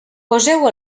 poseu